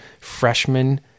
freshman